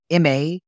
MA